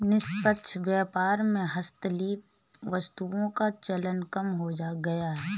निष्पक्ष व्यापार में हस्तशिल्प वस्तुओं का चलन कम हो गया है